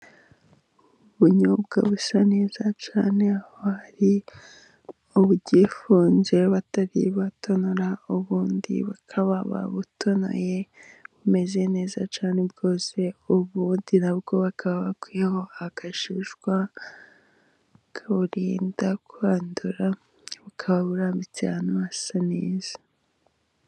Ubunyobwa busa neza cyane, aho haba hari ubugifunze batari batonora ubundi bakaba babutonoye bumeze neza cyane bwose, ubundi nabwo bakaba bakuyeho agashishwa kawurinda kwandura, bukaba urarambitse ahantu hasa neza.